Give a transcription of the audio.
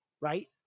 Right